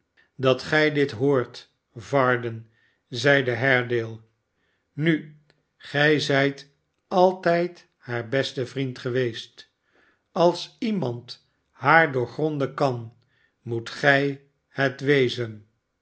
dat gij dit hoort varden zeide haredale nu gij zijt altijd haar beste vriend geweest als iemand haar doorgronden kan moet gij het wezen